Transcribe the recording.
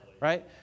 Right